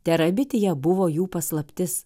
terabitija buvo jų paslaptis